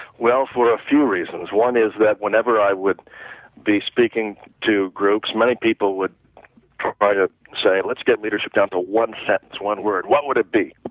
well, for a few reasons, one is that whenever i would be speaking to groups many people would try to say let's get leadership down to one sentence, one word, what would it be, but